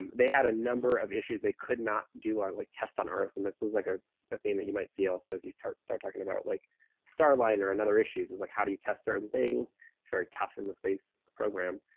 they had a number of issues. they could not do ah and like tests on earth. and this is like a theme you might see also as you start start talking about like starliner and other issues, is, like, how do you test certain things? it's very tough in the space program.